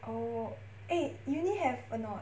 oh eh uni have anot